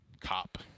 cop